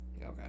Okay